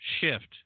shift